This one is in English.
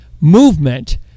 movement